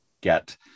get